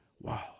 wow